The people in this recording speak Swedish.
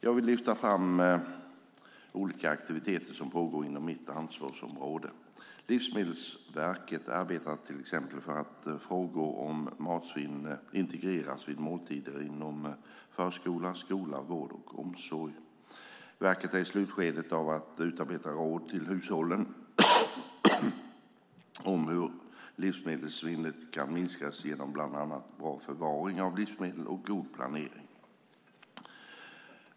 Jag vill lyfta fram olika aktiviteter som pågår inom mitt ansvarsområde. Livsmedelsverket arbetar till exempel för att frågor om matsvinn integreras vid måltider inom förskola, skola, vård och omsorg. Verket är i slutskedet av att utarbeta råd till hushållen om hur livsmedelssvinnet kan minskas genom bland annat bra förvaring av livsmedel och god planering.